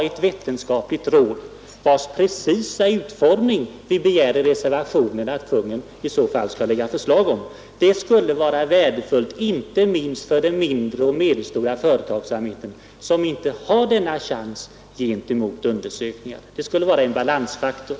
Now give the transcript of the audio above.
Ett vetenskapligt råd, vars precisa utformning vi i vår reservation begär att Kungl. Maj:t i så fall skall framlägga förslag om, vore därför värdefullt för att ge opartiskhet och därmed inte minst kunna stärka den mindre och medelstora företagsamheten, som inte har samma chans att föra fram berättigad kritik av undersökningar.